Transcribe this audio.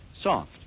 Soft